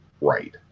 right